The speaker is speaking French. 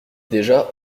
déjà